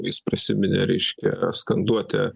jis prisiminė reiškia skanduotę